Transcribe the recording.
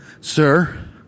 sir